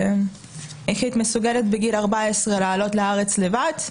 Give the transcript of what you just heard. איך היית מסוגלת בגיל 14 לעלות לארץ לבד,